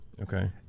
Okay